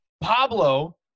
Pablo –